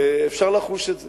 אפשר לחוש את זה.